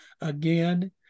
again